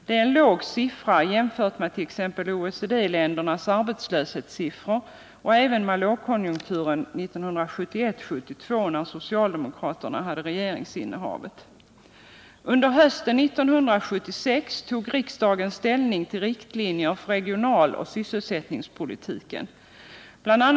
Det är en låg siffra jämfört med t.ex. OECD-ländernas arbetslöshetssiffror och även jämfört med arbetslöshetssiffrorna under lågkonjunkturen 1971-1972, då socialdemokraterna hade regeringsinnehavet. Under hösten 1976 tog riksdagen ställning till riktlinjer för regionaloch sysselsättningspolitiken. Bl.